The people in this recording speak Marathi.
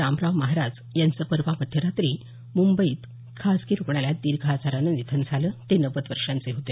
रामराव महाराज यांचं परवा मध्यरात्री मुंबईत खाजगी रुग्णालयात दीर्घ आजारानं निधन झालं ते नव्वद वर्षांचे होते